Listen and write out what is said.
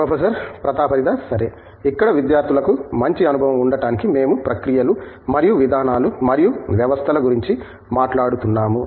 professor Pratap Haridas సరే ఇక్కడ విద్యార్థులకు మంచి అనుభవం ఉండటానికి మేము ప్రక్రియలు మరియు విధానాలు మరియు వ్యవస్థల గురించి మాట్లాడుతున్నాము